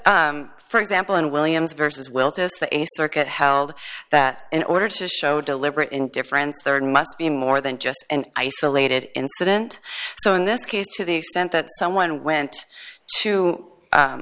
because for example in williams versus well just the a circuit held that in order to show deliberate indifference there must be more than just an isolated incident so in this case to the extent that someone went to